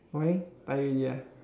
why tired already ah